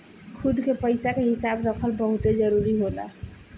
खुद के पइसा के हिसाब रखल बहुते जरूरी होला